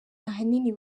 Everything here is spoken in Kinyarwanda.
ahanini